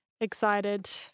excited